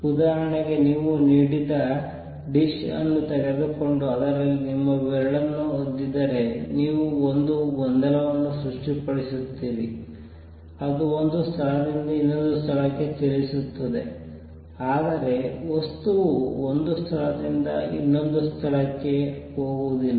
ಉದಾಹರಣೆಗೆ ನೀವು ನೀರಿನ ಡಿಶ್ ಅನ್ನು ತೆಗೆದುಕೊಂಡು ಅದರಲ್ಲಿ ನಿಮ್ಮ ಬೆರಳನ್ನು ಅದ್ದಿದರೆ ನೀವು ಒಂದು ಗೊಂದಲವನ್ನು ಸೃಷ್ಟಿಸುತ್ತೀರಿ ಅದು ಒಂದು ಸ್ಥಳದಿಂದ ಇನ್ನೊಂದಕ್ಕೆ ಚಲಿಸುತ್ತದೆ ಆದರೆ ವಸ್ತುವು ಒಂದು ಸ್ಥಳದಿಂದ ಇನ್ನೊಂದಕ್ಕೆ ಹೋಗುವುದಿಲ್ಲ